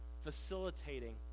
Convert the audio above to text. facilitating